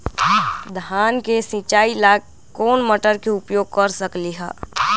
धान के सिचाई ला कोंन मोटर के उपयोग कर सकली ह?